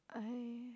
I